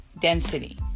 density